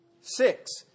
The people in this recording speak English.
Six